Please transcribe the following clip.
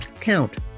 count